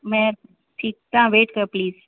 मै ठीकु तव्हां वेट कयो प्लीस